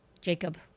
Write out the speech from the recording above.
Jacob